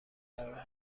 قرار